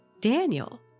Daniel